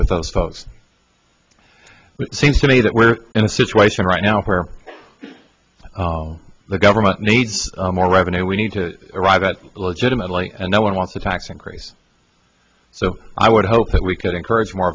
with those folks it seems to me that we're in a situation right now where the government needs more revenue we need to arrive at legitimately and no one wants a tax increase so i would hope that we could encourage more